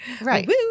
right